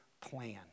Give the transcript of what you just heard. plan